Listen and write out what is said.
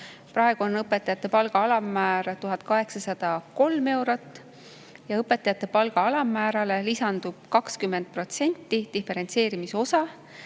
Praegu on õpetajate palga alammäär 1803 eurot. Õpetajate palga alammäärale lisandub 20% diferentseerimise osa